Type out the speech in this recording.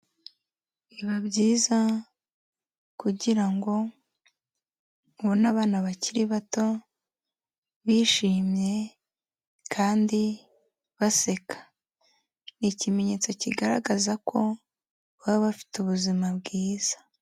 Biba byiza kugira ngo ubona abana bakiri bato bishimye kandi baseka, ni ikimenyetso kigaragaza ko baba bafite ubuzima bwiza.